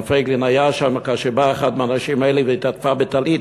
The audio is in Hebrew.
מר פייגלין היה שם כאשר באה אחת מהנשים האלה והתעטפה בטלית.